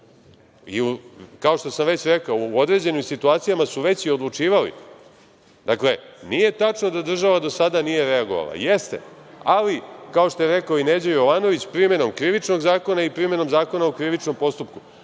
što sam već rekao u određenim situacijama su već odlučivali, dakle nije tačno da država do sada nije reagovala, jeste, ali kao što je rekao i Neđo Jovanović, primenom Krivičnog zakona i primenom Zakona o krivičnom postupku. Ovo